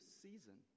season